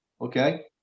Okay